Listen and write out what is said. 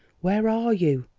where are you?